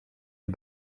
die